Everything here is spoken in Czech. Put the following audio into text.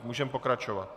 Můžeme pokračovat.